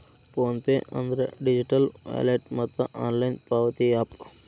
phone pay ಅಂದ್ರ digital wallet ಮತ್ತ online ಪಾವತಿ ಯಾಪ್